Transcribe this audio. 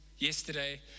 Yesterday